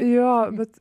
jo bet